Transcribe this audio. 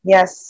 Yes